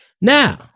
Now